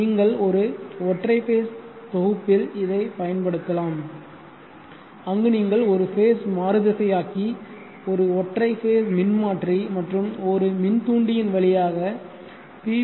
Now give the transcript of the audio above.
நீங்கள் ஒரு ஒற்றை ஃபேஸ் தொகுப்பில் இதைப் பயன்படுத்தலாம் அங்கு நீங்கள் ஒரு ஃபேஸ் மாறுதிசை ஆக்கி ஒரு ஒற்றை ஃபேஸ் மின்மாற்றி மற்றும் ஒரு மின்தூண்டி யின் வழியாக பி